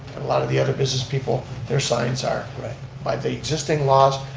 a lot of the other business people, their signs aren't by the existing laws,